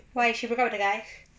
why she broke up with the guy